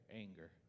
anger